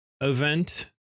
event